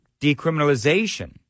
Decriminalization